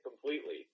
completely